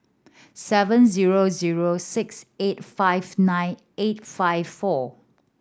seven zero zero six eight five nine eight five four